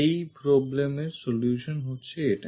এই problem এর solution হচ্ছে এটি